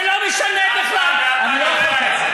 וזה לא משנה בכלל, אני לא יכול ככה,